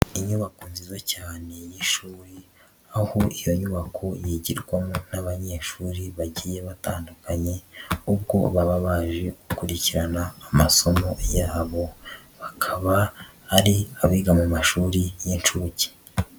Inyubako nziza cyane y'ishuri, aho iyo nyubako yigirwamo n'abanyeshuri bagiye batandukanye, ubwo baba baje gukurikirana amasomo yabo bakaba ari abiga mu mashuri y'inshuke.